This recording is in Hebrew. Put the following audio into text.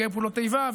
נפגעי פעולות איבה,